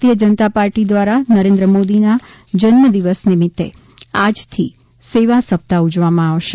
ભારતીય જનતા પાર્ટી દ્વારા નરેન્દ્ર મોદીના જન્મદિવસ નિમિત્તે આજથી સેવા સપ્તાહ ઉજવવામાં આવશે